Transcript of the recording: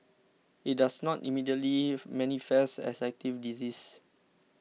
it does not immediately manifest as active disease